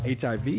HIV